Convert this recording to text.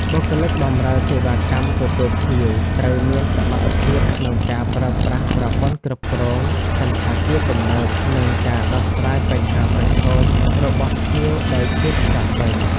បុគ្គលិកបម្រើសេវាកម្មទទួលភ្ញៀវ ត្រូវមានសមត្ថភាពក្នុងការប្រើប្រាស់ប្រព័ន្ធគ្រប់គ្រងសណ្ឋាគារទំនើប និងការដោះស្រាយបញ្ហាប្រឈមរបស់ភ្ញៀវដោយភាពឆ្លាតវៃ។